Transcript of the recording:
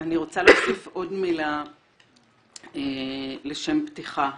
אני רוצה להוסיף עוד מילה לשם פתיחה.